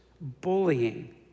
bullying